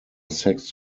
sex